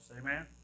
Amen